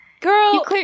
Girl